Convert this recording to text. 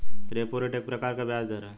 repo rate एक प्रकार का ब्याज़ दर है